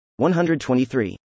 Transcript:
123